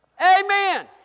Amen